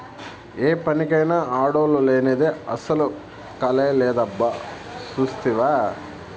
ఏ పనికైనా ఆడోల్లు లేనిదే అసల కళే లేదబ్బా సూస్తివా